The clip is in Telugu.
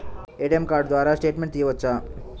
ఏ.టీ.ఎం కార్డు ద్వారా స్టేట్మెంట్ తీయవచ్చా?